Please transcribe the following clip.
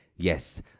Yes